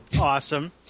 Awesome